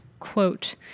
quote